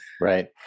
right